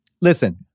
Listen